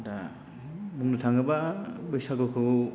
दा बुंनो थाङोबा बैसागुखौ